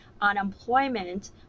unemployment